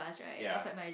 ya